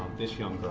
this young